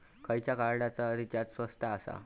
खयच्या कार्डचा रिचार्ज स्वस्त आसा?